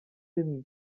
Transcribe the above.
demi